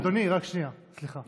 אדוני, אדוני, רק שנייה, סליחה.